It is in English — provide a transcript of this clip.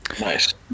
Nice